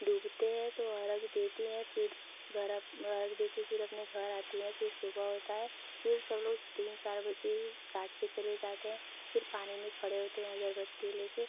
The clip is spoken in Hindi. डूबते हैं तो अर्घ्य देती हैं फिर घर अब अर्घ्य देकर फिर अपने घर आती हैं फिर सुबह होता है फिर सब लोग तीन चार बजे ही घाट पर चले जाते हैं फिर पानी में खड़े होते हैं अगरबत्ती लेकर